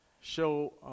show